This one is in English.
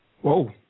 Whoa